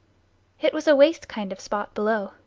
it was a waste kind of spot below,